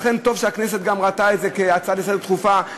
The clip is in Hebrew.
ולכן טוב שהכנסת גם ראתה את זה כהצעה דחופה לסדר-היום.